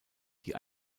die